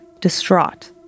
distraught